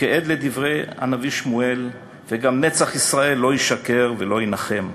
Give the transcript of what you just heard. וכעד לדברי הנביא שמואל: "וגם נצח ישראל לא ישקר ולא יִנָּחם",